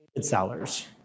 sellers